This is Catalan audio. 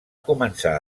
començar